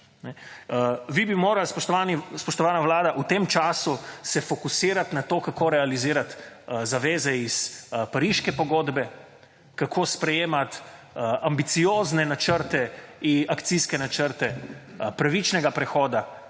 Vi bi morali, spoštovana Vlada, v tem času se fokusirati na to kako realizirati zaveze iz pariške pogodbe, kako sprejemati ambiciozne načrte in akcijske načrte pravičnega prehoda,